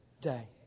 day